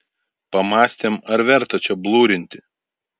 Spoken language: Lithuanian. pamąstėm ar verta čia blurinti